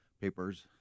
papers